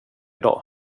dag